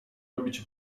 robić